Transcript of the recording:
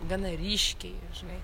gana ryškiai žinai